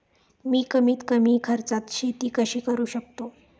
मी कमीत कमी खर्चात शेती कशी करू शकतो?